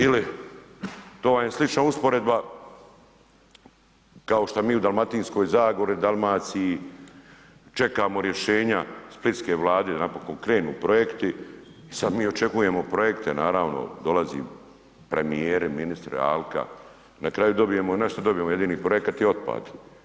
Ili to vam je slična usporedba kao što mi u Dalmatinskoj zagori, Dalmaciji čekamo rješenja splitske vlade da napokon krenu projekti i sada mi očekujemo projekte naravno dolazi premijer, ministri, Alka, na kraju dobijemo, nešto dobijemo jedini projekat je otpad.